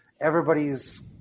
Everybody's